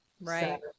Right